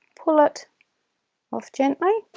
pull it off gently